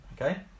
Okay